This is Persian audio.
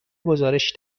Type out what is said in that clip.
گزارش